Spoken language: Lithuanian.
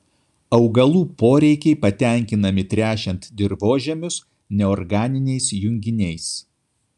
augalų poreikiai patenkinami tręšiant dirvožemius neorganiniais junginiais